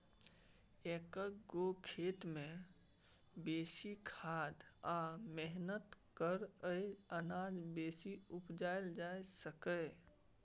एक्क गो खेत मे बेसी खाद आ मेहनत कए कय अनाज बेसी उपजाएल जा सकैए